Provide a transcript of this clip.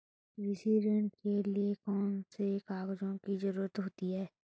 कृषि ऋण के लिऐ कौन से कागजातों की जरूरत होती है?